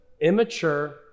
immature